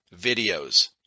videos